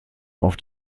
auf